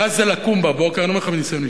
מה זה לקום בבוקר, אני אומר לך מניסיון אישי,